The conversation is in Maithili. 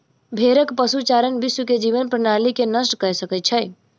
भेड़क पशुचारण विश्व के जीवन प्रणाली के नष्ट कय सकै छै